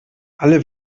alle